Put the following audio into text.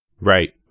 Right